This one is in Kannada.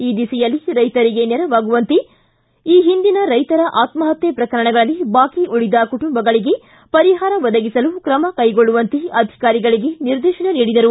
ಈ ದಿಸೆಯಲ್ಲಿ ರೈತರಿಗೆ ನೆರವಾಗುವಂತೆ ಈ ಹಿಂದಿನ ರೈತರ ಆತ್ಲಹತ್ತೆ ಪ್ರಕರಣಗಳಲ್ಲಿ ಬಾಕಿ ಉಳದ ಕುಟುಂಬಗಳಿಗೆ ಪರಿಹಾರ ಒದಗಿಸಲು ಕ್ರಮ ಕೈಗೊಳ್ಳುವಂತೆ ಅಧಿಕಾರಿಗಳಿಗೆ ನಿರ್ದೇಶನ ನೀಡಿದರು